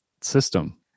system